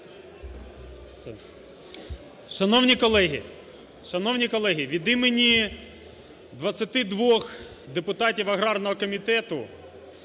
Шановні колеги, від імені 22 депутатів аграрного комітету,